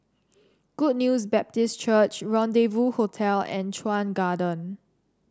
Good News Baptist Church Rendezvous Hotel and Chuan Garden